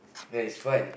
there is friend